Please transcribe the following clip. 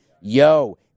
Yo